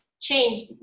change